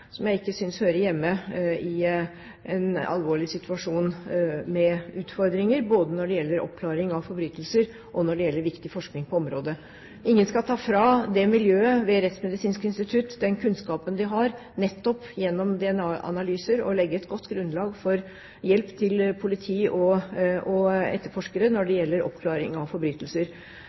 som jeg ikke synes hører hjemme i en alvorlig situasjon med utfordringer både når det gjelder oppklaring av forbrytelser og viktig forskning på området. Ingen skal ta fra miljøet ved Rettsmedisinsk institutt den kunnskapen de har nettopp gjennom DNA-analyser. De legger et godt grunnlag for hjelp til politi og etterforskere når det gjelder oppklaring av forbrytelser.